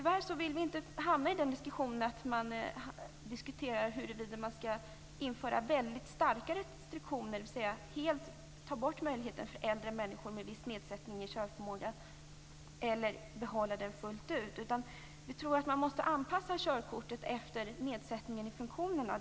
Vi vill inte hamna i diskussionen om huruvida man skall införa väldigt starka restriktioner, dvs. helt ta bort möjligheten för äldre människor med viss nedsättning i körförmåga eller behålla den fullt ut. Vi tror att man måste anpassa körkortet efter nedsättningen i funktionerna.